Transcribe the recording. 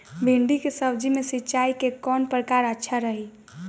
भिंडी के सब्जी मे सिचाई के कौन प्रकार अच्छा रही?